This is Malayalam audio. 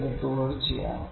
ഇത് തുടർച്ചയാണ്